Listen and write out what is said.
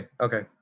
okay